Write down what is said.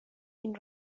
این